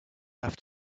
have